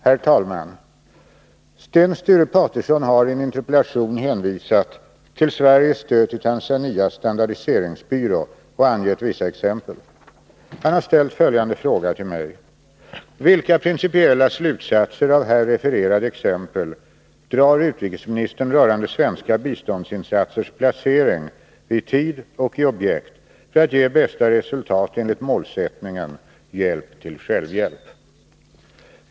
Herr talman! Sten Sture Paterson har i en interpellation hänvisat till Sveriges stöd till Tanzanias standardiseringsbyrå och angett vissa exempel. Han har ställt följande fråga till mig: Vilka principiella slutsatser av här refererade exempel drar utrikesministern rörande svenska biståndsinsatsers placering i tid och i objekt för att ge bästa resultat enligt målsättningen ”hjälp till självhjälp”?